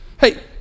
Hey